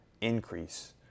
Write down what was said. increase